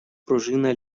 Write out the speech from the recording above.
пружина